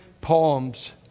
poems